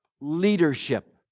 leadership